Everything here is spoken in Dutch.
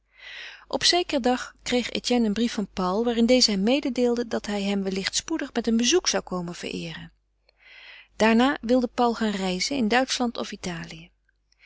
op zekeren dag kreeg etienne een brief van paul waarin deze hem mededeelde dat hij hem wellicht spoedig met een bezoek zou komen vereeren daarna wilde paul gaan reizen in duitschland of italië